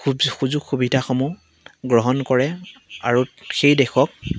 সুযোগ সুবিধাসমূহ গ্ৰহণ কৰে আৰু সেই দেশক